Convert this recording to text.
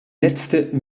letzte